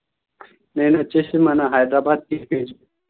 నేను వచ్చి మన హైద్రాబాద్కి తీసు